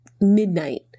midnight